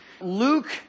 Luke